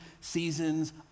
seasons